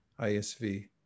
isv